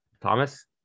Thomas